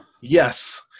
Yes